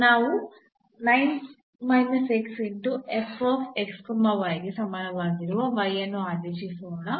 ನಾವು into ಗೆ ಸಮಾನವಾಗಿರುವ ಅನ್ನು ಆದೇಶಿಸೋಣ